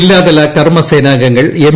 ജില്ലാ തല കർമ്മസേനാംഗങ്ങൾ എം